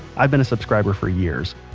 i've been a subscriber for years.